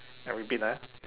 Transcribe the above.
I repeat ah